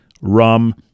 rum